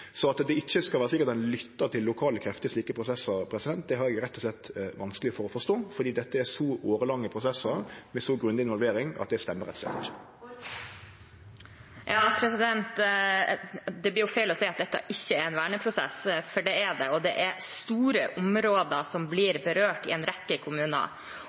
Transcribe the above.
At det ikkje skal vere lytta til lokale krefter i slike prosessar, har eg vanskeleg for å forstå, fordi dette er årelange prosessar med grundig involvering, så det stemmer rett og slett ikkje. Det blir feil å si at dette ikke er en verneprosess, for det er det. Det er store områder som blir berørt i en rekke kommuner,